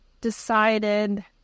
decided